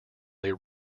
they